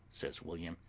says william,